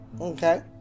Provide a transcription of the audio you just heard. Okay